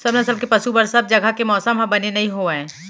सब नसल के पसु बर सब जघा के मौसम ह बने नइ होवय